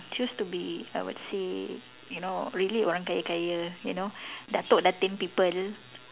choose to be I would say you know really orang kaya kaya you know datuk datin people